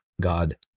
God